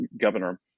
governor